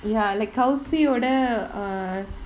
ya like kausi ஓட:oda